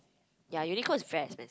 ya Uniqlo is very expensive